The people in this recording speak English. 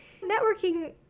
networking